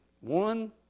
One